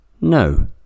No